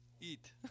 eat